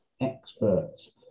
experts